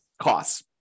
costs